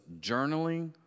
journaling